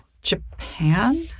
Japan